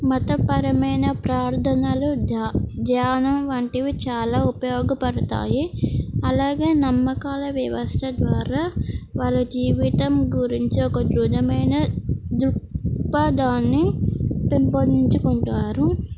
మతపరమైన ప్రార్థనలు ధ్యానం వంటివి చాలా ఉపయోగపడతాయి అలాగే నమ్మకాల వ్యవస్థ ద్వారా వాళ్ళ జీవితం గురించి ఒక ధృఢమైన దృక్పథాన్ని పెంపొందించుకుంటారు